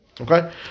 Okay